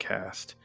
Cast